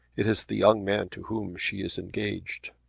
it is the young man to whom she is engaged.